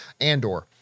Andor